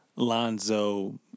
Lonzo